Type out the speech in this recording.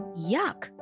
Yuck